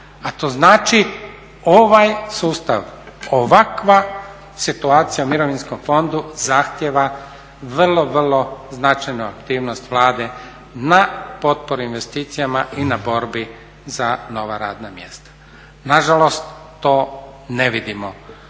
a to znači ovaj sustav ovakva situacija u Mirovinskom fondu zahtjeva vrlo, vrlo značajnu aktivnost Vlade na potpori investicijama i za nova radna mjesta. Nažalost, to ne vidimo